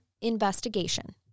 investigation